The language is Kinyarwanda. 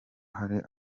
hari